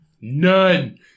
None